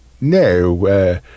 No